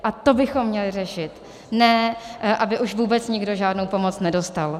A to bychom měli řešit, ne aby už vůbec nikdo žádnou pomoc nedostal.